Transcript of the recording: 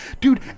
Dude